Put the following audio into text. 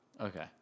Okay